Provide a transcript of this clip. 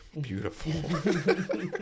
Beautiful